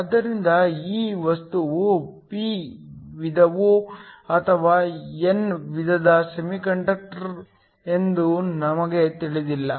ಆದ್ದರಿಂದ ಈ ವಸ್ತುವು p ವಿಧವೋ ಅಥವಾ n ವಿಧದ ಸೆಮಿಕಂಡಕ್ಟರ್ ಎಂದು ನಮಗೆ ತಿಳಿದಿಲ್ಲ